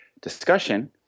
discussion